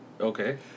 Okay